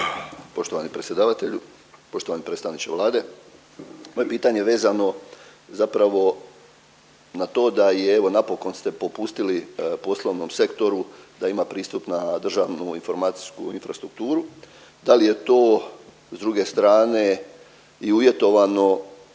Poštovani predsjedavatelju, poštovani predstavniče Vlade. Moje je pitanje vezano zapravo na to da je evo i napokon ste popustili poslovnom sektoru da ima pristup na državnu informacijsku infrastrukturu. Da li je to s druge strane i uvjetovano